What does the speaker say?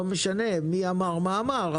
לא משנה מי אמר ומה אמר,